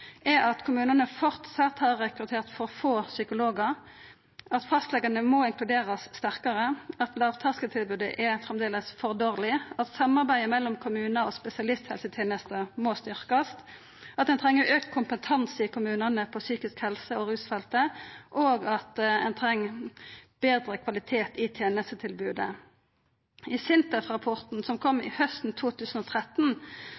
er at kommunane framleis har rekruttert for få psykologar, at fastlegane må inkluderast sterkare, at lågterskeltilbodet framleis er for dårleg, at samarbeidet mellom kommunane og spesialisthelsetenesta må styrkjast, at ein treng auka kompetanse i kommunane på psykisk helse- og rusfeltet, og at ein treng betre kvalitet i tenestetilbodet. I SINTEF-rapporten som